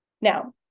Now